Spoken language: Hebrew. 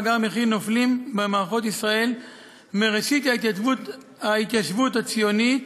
במאגר יש שמות נופלים במערכות ישראל מראשית ההתיישבות הציונית,